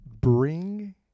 Bring